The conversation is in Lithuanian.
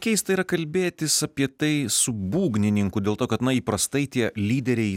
keista yra kalbėtis apie tai su būgnininku dėl to kad na įprastai tie lyderiai